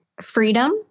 freedom